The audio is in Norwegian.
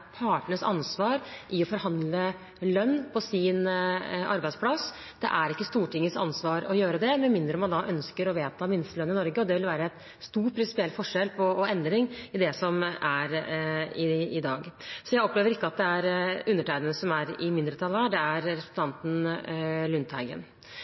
partenes ansvar å forhandle lønn på sin arbeidsplass. Det er ikke Stortingets ansvar å gjøre det, med mindre man ønsker å vedta en minstelønn i Norge. Dette ville være en stor prinsipiell forskjell på endring i det som er i dag. Jeg opplever ikke at det er undertegnede som er i mindretall nå – det er